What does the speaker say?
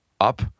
up